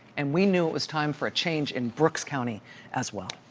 and we knew it was time for a change in brooks county as well.